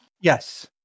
Yes